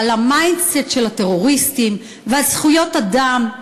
ועל ה-mindset של הטרוריסטים ועל זכויות אדם.